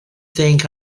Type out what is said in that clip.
think